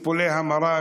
טיפולי המרה,